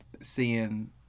seeing